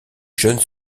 jeunes